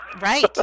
Right